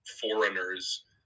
foreigners